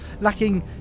lacking